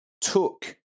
took